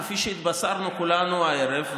כפי שהתבשרנו כולנו הערב,